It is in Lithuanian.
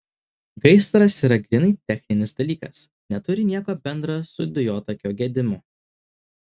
gaisras yra grynai techninis dalykas neturi nieko bendro su dujotakio gedimu